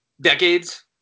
decades